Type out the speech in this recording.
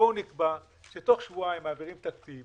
בואו נקבע שתוך שבועיים מעבירים תקציב.